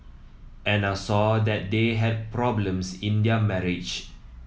Anna saw that they had problems in their marriage